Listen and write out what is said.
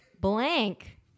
blank